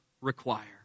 require